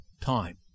time